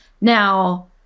Now